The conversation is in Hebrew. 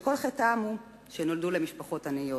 שכל חטאם הוא שנולדו למשפחות עניות.